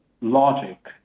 logic